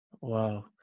Wow